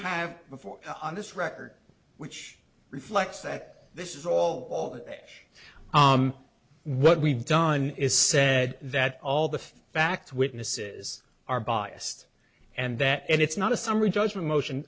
have before on this record which reflects that this is all what we've done is said that all the facts witnesses are biased and that it's not a summary judgment motion